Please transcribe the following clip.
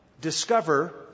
Discover